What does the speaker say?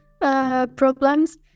problems